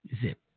Zip